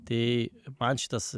tai man šitas